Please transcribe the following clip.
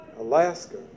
Alaska